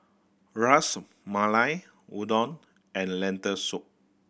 Ras Malai Udon and Lentil Soup